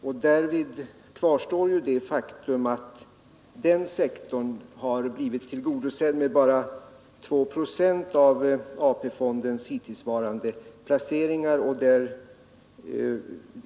Och där kvarstår faktum att den sektorn har blivit tillgodosedd med bara 2 procent av AP-fondernas hittillsvarande placeringar.